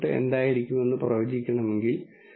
ഒരു അർത്ഥത്തിൽ നമുക്ക് കാണാനാകുന്നതെല്ലാം കണക്കാക്കാം